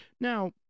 Now